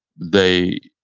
they,